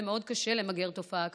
זה מאוד קשה למגר תופעה כזאת,